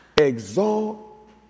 exalt